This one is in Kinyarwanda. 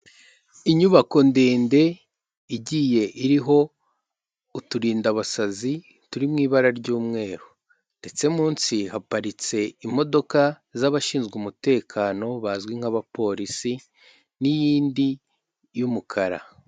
Inyubako ndende igiye iriho uturindabasazi turi mu ibara ry'umweru ndetse munsi haparitse imodoka z'abashinzwe umutekano bazwi nk'abapolisi n'iyindi y'umukara.